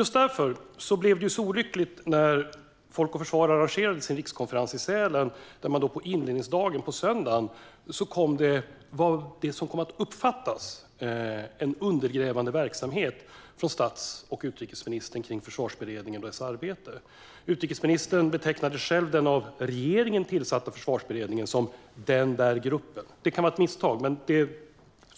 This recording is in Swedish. Just därför blev det så olyckligt när Folk och Försvar arrangerade sin rikskonferens i Sälen. På inledningsdagen, söndagen, kom det som kom att uppfattas som undergrävande verksamhet från statsministern och utrikesministern kring Försvarsberedningen och dess arbete. Utrikesministern betecknade själv den av regeringen tillsatta Försvarsberedningen som "den där gruppen". Det kan ha varit ett misstag, men det